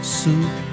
soup